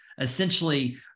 essentially